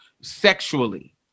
sexually